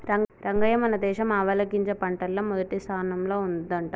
రంగయ్య మన దేశం ఆవాలగింజ పంటల్ల మొదటి స్థానంల ఉండంట